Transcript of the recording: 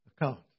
account